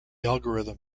algorithm